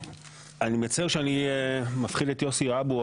אני מצר שאני מפחיד את יוסי אבו,